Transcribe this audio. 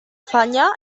falla